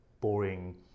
boring